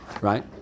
right